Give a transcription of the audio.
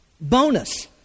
bonus